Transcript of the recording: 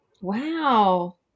Wow